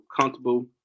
comfortable